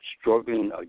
struggling